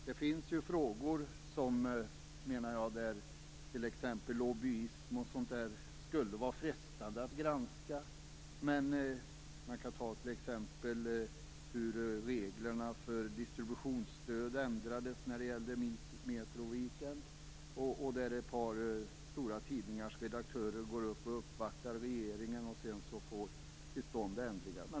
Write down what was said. Det finns frågor, t.ex. lobbyism och sådant, som jag menar skulle vara frestande att granska. Jag kan som exempel nämna hur reglerna för distributionsstöd ändrades när det gällde Metro Weekend. Ett par stora tidningars redaktörer uppvaktar regeringen och får till stånd ändringar.